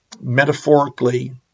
metaphorically